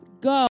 go